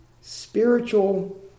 spiritual